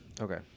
Okay